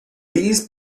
theses